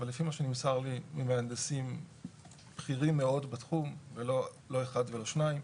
אבל לפי מה שנמסר לי ממהנדסים בכירים מאוד בתחום ולא אחד ולא שניים.